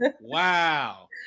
Wow